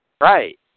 Right